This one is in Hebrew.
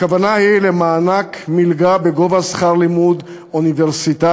הכוונה היא למענק מלגה בגובה שכר לימוד אוניברסיטאי